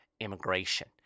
immigration